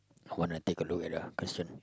I want to take a look at the question